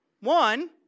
One